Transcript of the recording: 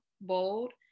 bold